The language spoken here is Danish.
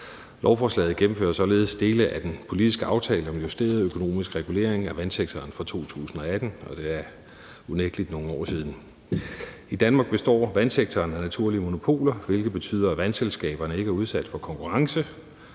Lovforslaget gennemfører således dele af den politiske aftale om en justeret økonomisk regulering af vandsektoren fra 2018, og det er unægtelig nogle år siden. I Danmark består vandsektoren af naturlige monopoler, hvilket betyder, at vandselskaberne ikke er udsat for konkurrence,